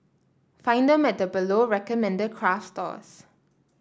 find them at the below recommended craft stores